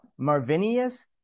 Marvinius